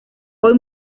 hoy